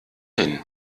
hin